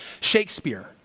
Shakespeare